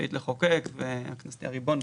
רשאית לחוקק, הכנסת היא הריבון.